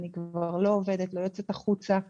אני כבר לא יוצאת החוצה מהבית.